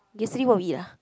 yesterday what we eat ah